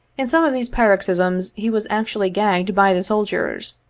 in some of these paroxysms, he was actually gagged by the soldiers.